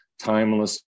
timeless